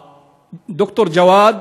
ד"ר ג'וואד,